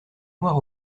noir